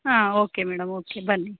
ಹಾಂ okay madam okay ಬನ್ನಿ